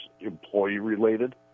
employee-related